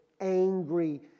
angry